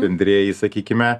bendrieji sakykime